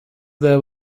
there